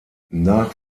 nach